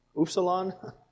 upsilon